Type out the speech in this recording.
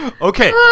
Okay